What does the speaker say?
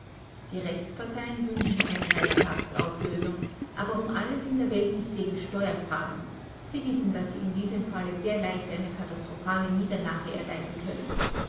die rechtsparteien wünschen eine reichstagsauflösung aber um alles in der welt nicht wegen steuerfragen sie wissen daß sie in diesem falle sehr leicht eine katastrophale niederlage erleiden können